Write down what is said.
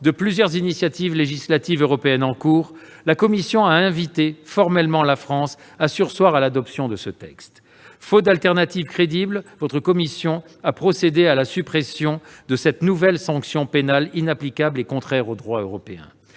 de plusieurs initiatives législatives européennes en cours, la Commission a invité formellement la France à surseoir à l'adoption de ce texte. Faute d'offre alternative crédible, la commission des lois a procédé à la suppression de cette nouvelle sanction pénale inapplicable et contraire au droit européen.